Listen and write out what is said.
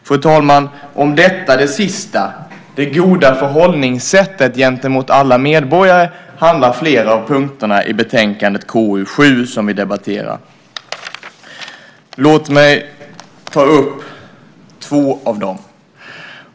Fru talman! Om detta det sista, det goda förhållningssättet gentemot alla medborgare, handlar flera av punkterna i betänkandet KU7, som vi nu debatterar. Låt mig ta upp två av dem.